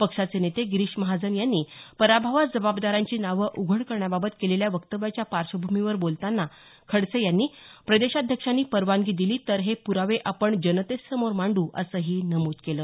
पक्षाचे नेते गिरीश महाजन यांनी पराभवास जबाबदारांची नावं उघड करण्याबाबत केलेल्या वक्तव्याच्या पाश्वभूमीवर बोलताना खडसे यांनी प्रदेशाध्यक्षांनी परवानगी दिली तर हे प्रावे आपण जनतेसमोर मांड्र असंही नमूद केलं